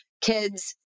kids